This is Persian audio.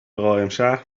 قائمشهر